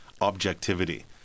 objectivity